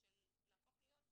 ולהפוך להיות